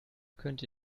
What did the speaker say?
könnte